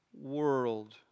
world